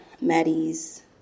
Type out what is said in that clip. Maddie's